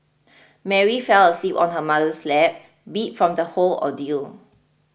Mary fell asleep on her mother's lap beat from the whole ordeal